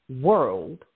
world